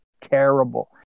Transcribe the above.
terrible